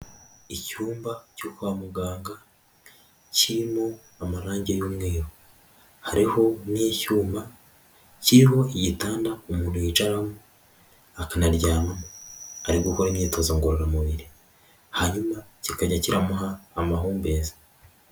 Icyumba cyo kwa muganga kirimo amarangi y'umweru, hariho n'icyuma kiriho igitanda umuntu yicaraho akanaryamaho ari gukora imyitozo ngororamubiri, hanyuma kikajya kiramuha amahumbezi.